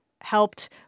helped